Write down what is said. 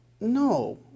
no